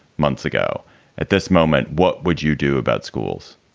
months ago at this moment, what would you do about schools?